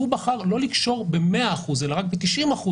שהוא בחר לא לקשור ב-100% אלא רק ב-90%